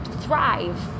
thrive